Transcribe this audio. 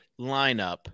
lineup